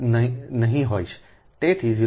તેથી 0